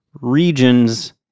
regions